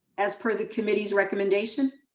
as per the committee's recommendation.